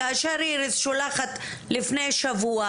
כאשר אירית שולחת לפני שבוע,